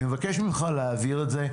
אני מבקש ממך להעביר את זה.